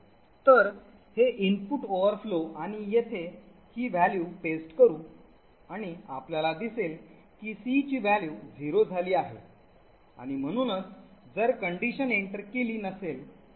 तर हे input overflow आणि येथे ही value paste करू आणि आपल्याला दिसेल की c ची व्हॅल्यू 0 झाली आहे आणि म्हणूनच जर condition enter केली नसेल तर फंक्शन सुरू केला असेल